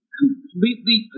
completely